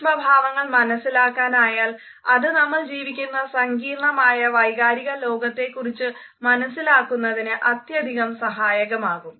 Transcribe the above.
സൂക്ഷ്മഭാവങ്ങൾ മനസിലാക്കാനായാൽ അത് നമ്മൾ ജീവിക്കുന്ന സങ്കീർണമായ വൈകാരിക ലോകത്തെക്കുറിച്ചു മനസിലാക്കുന്നതിന് അത്യധികം സഹായകമാകും